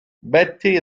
betty